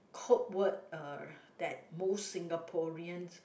quote word uh that most Singaporeans